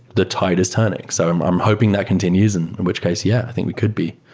the tide is turning. so i'm i'm hoping that continues, and in which case, yeah. i think we could be.